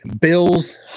Bills